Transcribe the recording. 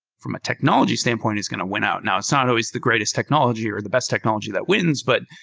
from a technology standpoint, is going to win out. now so and always the greatest technology or the best technology that wins, but